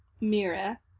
Mira